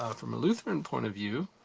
ah from a lutheran point of view,